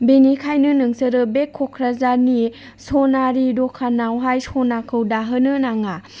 बेनिखायनो नोंसोरो बे क'क्राझारनि सनारि दखानावहाय सनाखौ दाहोनो नाङा